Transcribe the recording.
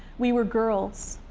we were girls,